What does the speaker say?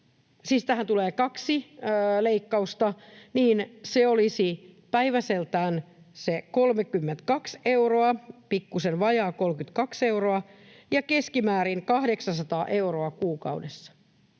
tähän tulee kaksi leikkausta — päiväseltään se 32 euroa, pikkusen vajaa 32 euroa, ja keskimäärin 800 euroa kuukaudessa.